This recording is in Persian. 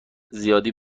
زیادی